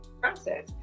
process